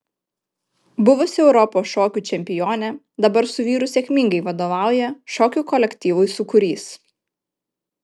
buvusi europos šokių čempionė dabar su vyru sėkmingai vadovauja šokių kolektyvui sūkurys